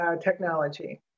technology